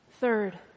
Third